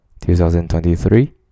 2023